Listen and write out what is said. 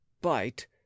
bite